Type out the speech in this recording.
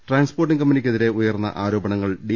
transporting കമ്പനിക്കെതിരെ ഉയർന്ന ആരോപണങ്ങൾ ഡി